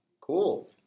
Cool